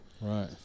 Right